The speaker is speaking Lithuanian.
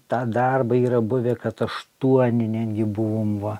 tą darbą yra buvę kad aštuoni netgi bvom va